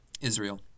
Israel